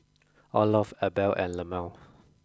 Olof Abel and Lemuel